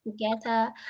together